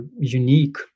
unique